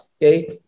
okay